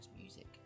music